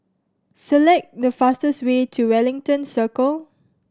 select the fastest way to Wellington Circle